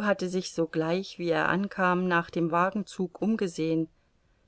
hatte sich sogleich wie er ankam nach dem wagenzug umgesehen